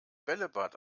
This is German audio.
bällebad